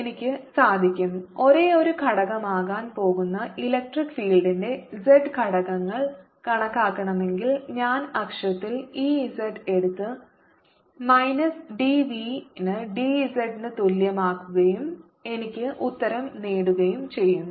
എനിക്ക് സാധിക്കും ഒരേയൊരു ഘടകമാകാൻ പോകുന്ന ഇലക്ട്രിക് ഫീൽഡിന്റെ z ഘടകങ്ങൾ കണക്കാക്കണമെങ്കിൽ ഞാൻ അക്ഷത്തിൽ E z എടുത്ത് മൈനസ് d v ന് d z ന് തുല്യമാകുകയും എനിക്ക് ഉത്തരം നേടുകയും ചെയ്യും